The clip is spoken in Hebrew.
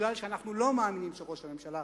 כי אנחנו לא מאמינים שראש הממשלה